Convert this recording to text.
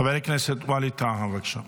חבר הכנסת וליד טאהא, בבקשה.